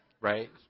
Right